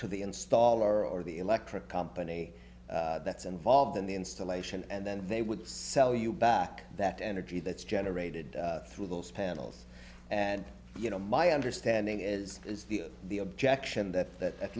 to the installer or the electric company that's involved in the installation and then they would sell you back that energy that's generated through those panels and you know my understanding is is the the objection that at